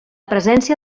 presència